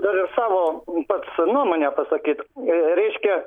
norėjau savo pats nuomonę pasakyt reiškia